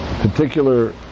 particular